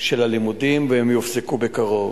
של הלימודים, והם יופסקו בקרוב.